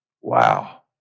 Wow